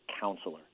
counselor